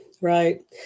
right